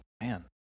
man